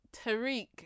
Tariq